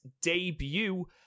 debut